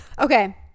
Okay